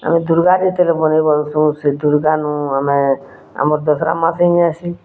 ଆମେ ଦୁର୍ଗା ଯେତେବେଳେ ବନେଇ ପାର୍ସୁ ସେ ଦୁର୍ଗାନୁଁ ଆମେ ଆମର ଦଶହରା ମାସେ ହେଇ ଆସି